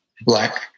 black